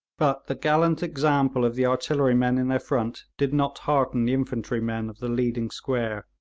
but the gallant example of the artillerymen in their front did not hearten the infantrymen of the leading square.